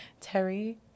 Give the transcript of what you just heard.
Terry